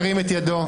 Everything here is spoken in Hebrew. ירים את ידו.